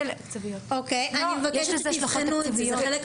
אני מבקשת שתבחנו את זה.